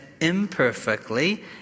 imperfectly